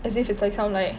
as if it's like sound like